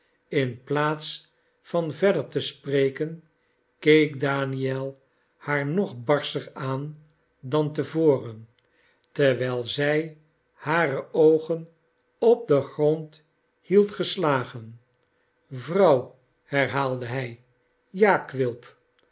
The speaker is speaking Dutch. in plaats van verder te spreken keek daniel haar nog barscher aan dan te voren terwijl zij hare oogen op den grond hield geslagen vrouw herhaalde hij ja quilp